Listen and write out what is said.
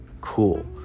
cool